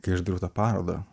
kai aš darau tą parodą